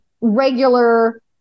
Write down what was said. regular